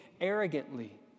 arrogantly